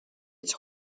its